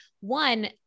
One